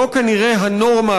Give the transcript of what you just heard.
זו כנראה הנורמה,